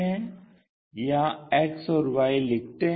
यहाँ X और Y लिखते हैं